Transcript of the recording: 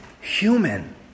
human